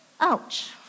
Ouch